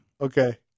Okay